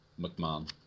McMahon